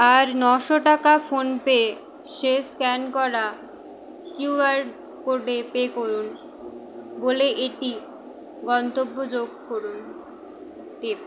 আর নশো টাকা ফোনপে শেষ স্ক্যান করা কিউ আর কোডে পে করুন বলে এটি গন্তব্য যোগ করুন টিপ